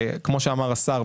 כמו שאמר השר,